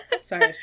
Sorry